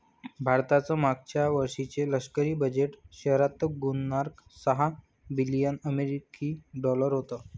भारताचं मागच्या वर्षीचे लष्करी बजेट शहात्तर पुर्णांक सहा बिलियन अमेरिकी डॉलर होतं